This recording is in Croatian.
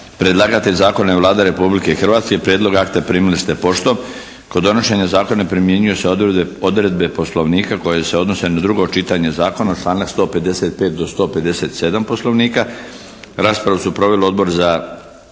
Predlagatelj zakona je Vlada Republike Hrvatske. Prijedlog akta primili ste poštom. Kod donošenja zakona primjenjuju se odredbe poslovnika koje se odnose na drugo čitanje zakona, članak 155. do 157. poslovnika. Raspravu su proveli Odbor za